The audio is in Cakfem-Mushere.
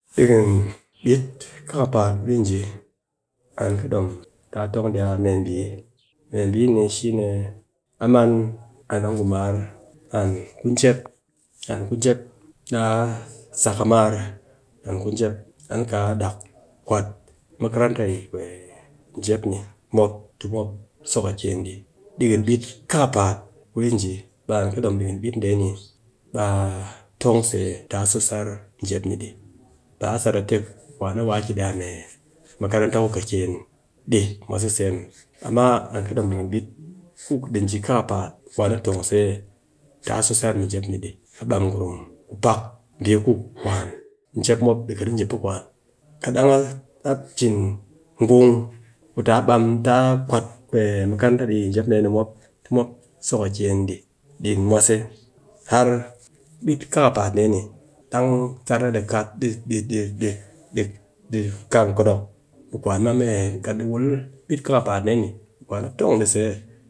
dikin bit kakapat ku di ji an kɨ dom ta tong ɗi a mee mbi, pe mbi ni shine a man an a ngu mar, an ku njep, an ku njep, ɗaa sak mar, an ku njep. An kaa kwat makaranta yi jep ni mop, tɨ mop so kiken ɗi dikin bit kakapaat ku ɗi ji, ɓe an kɨ dom dikin ɓit dee ni ɓe a tong se taa so sar njep ni ɗi, ba a sat a te kwan a wa a ki ɗi a mee makaranta ku kɨken di mwase muw. Amma an kɨ dom ɗikin ɓit ku ɗi ji kakapaat, kwan a tong se taa so sar njep ni ɗi. A bam gurum ku pak mbi ku njep mop khi ɗi ji ku peh kwan. Kat dang a cin ngung, ku taa bam, taa kwat makaranta ɗi yi njep dee ni mop, tɨ mop so kɨken ɗi, dikin mwase har ɓit kakapaat dee ni, dang sar na ɗi kat di kang khinok, kwan ma mee, kat ɗi wul bit kakapaat dee ni, kwan a tong di se